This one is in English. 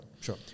Sure